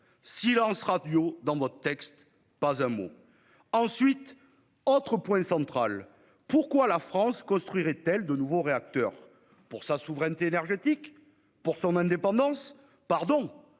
silence radio dans votre texte- pas un mot. Autre point central : pourquoi la France construirait-elle de nouveaux réacteurs ? Pour sa souveraineté énergétique ? Pour son indépendance ? Pardonnez-moi,